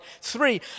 Three